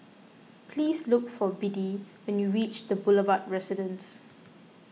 please look for Biddie when you reach the Boulevard Residence